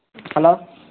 hello